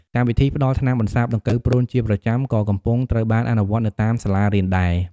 កម្មវិធីផ្តល់ថ្នាំបន្សាបដង្កូវព្រូនជាប្រចាំ ក៏កំពុងត្រូវបានអនុវត្តនៅតាមសាលារៀនដែរ។